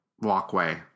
walkway